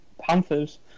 Panthers